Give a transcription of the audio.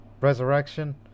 Resurrection